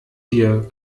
hier